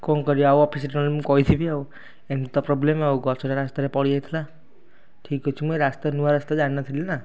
କ'ଣ କରିବା ଆଉ ଅଫିସ୍ ରେ ନହେଲେ ମୁଁ କହିଥିବି ଆଉ ଏମିତି ତ ପ୍ରୋବଲେମ୍ ଆଉ ଗଛଟା ରାସ୍ତାରେ ପଡ଼ିଯାଇଥିଲା ଠିକ୍ ଅଛି ମୁଁ ଏଇ ରାସ୍ତା ନୂଆ ରାସ୍ତା ଜାଣି ନଥିଲି ନା